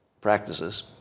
practices